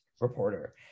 reporter